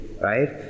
right